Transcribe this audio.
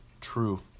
True